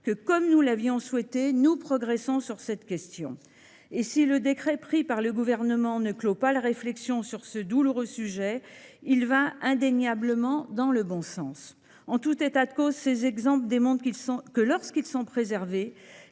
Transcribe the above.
que, comme nous l’avions souhaité, nous progressons sur cette question de manière continue. Et si le décret pris par le Gouvernement ne clôt pas la réflexion sur ce douloureux sujet, il va indéniablement dans le bon sens. En tout état de cause, ces exemples montrent que, lorsqu’ils sont préservés,